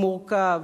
הוא מורכב,